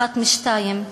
אחת מהשתיים,